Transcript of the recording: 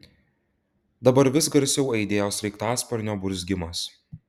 dabar vis garsiau aidėjo sraigtasparnio burzgimas